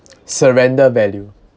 surrender value